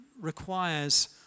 requires